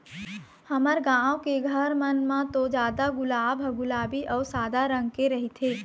हमर गाँव के घर मन म तो जादा गुलाब ह गुलाबी अउ सादा रंग के रहिथे